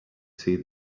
see